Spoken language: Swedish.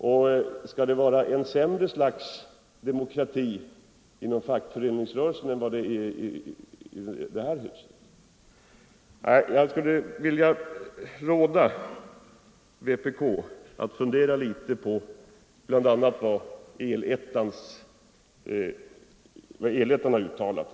Är det en sämre slags demokrati inom fackföreningsrörelsen än i det här huset? Jag skulle vilja råda vpk att fundera litet över vad El-ettan uttalat.